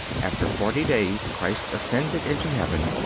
after forty days christ ascended into heaven,